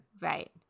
Right